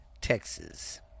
Texas